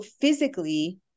physically